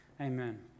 Amen